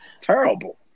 terrible